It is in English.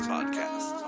Podcast